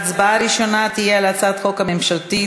ההצבעה הראשונה תהיה על הצעת החוק הממשלתית,